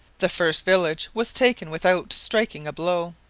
the first village was taken without striking a blow.